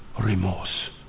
remorse